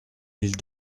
mille